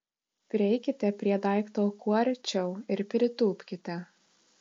prieikite prie daikto kuo arčiau ir pritūpkite